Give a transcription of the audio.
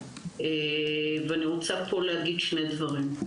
ואני רוצה להגיד שני דברים: